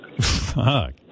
Fuck